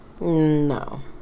No